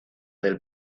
del